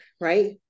right